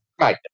Right